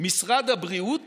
משרד הבריאות